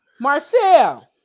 Marcel